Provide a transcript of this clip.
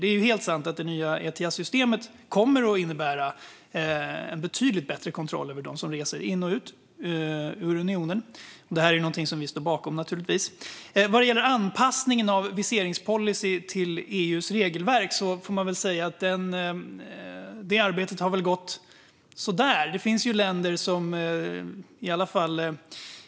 Det är helt sant att det nya Etiassystemet kommer att innebära en betydligt bättre kontroll över dem som reser in i och ut ur unionen, och detta är naturligtvis någonting som Sverigedemokraterna står bakom. Vad gäller anpassningen av viseringspolicy till EU:s regelverk får man väl säga att arbetet har gått så där.